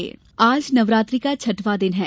नवरात्रि आज नवरात्रि का छठवां दिन है